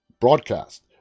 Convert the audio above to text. broadcast